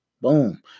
Boom